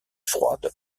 froide